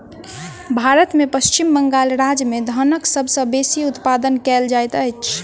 भारत में पश्चिम बंगाल राज्य में धानक सबसे बेसी उत्पादन कयल जाइत अछि